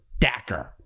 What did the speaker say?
Dacker